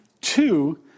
Two